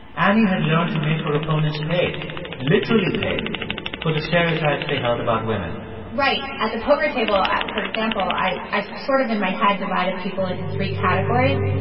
annie had learned to make her opponents pay literally pay for the stereotypes they held about women right. at the poker table, for example, i i sort of, in my head, divided people into three categories.